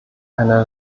eine